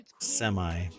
Semi